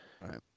right